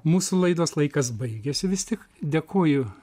mūsų laidos laikas baigėsi vis tik dėkoju